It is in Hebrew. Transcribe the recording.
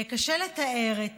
קשה לתאר את